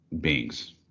beings